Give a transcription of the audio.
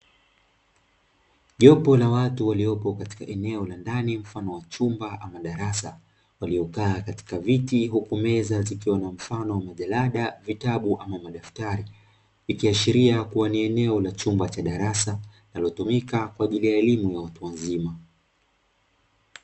Jopo la watu waliopo katika eneo la ndani mfano wa chumba ama darasa, waliokaa katika viti huku meza zikiwa na mfano wa majalada, vitabu ama madaftari, ikiashiria kuwa ni eneo la chumba cha darasa linalotumika kwa ajili ya elimu ya watu wazima.